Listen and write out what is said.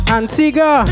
Antigua